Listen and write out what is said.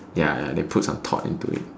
ya ya they put some thought into it